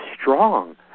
strong